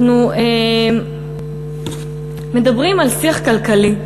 אנחנו מדברים על שיח כלכלי,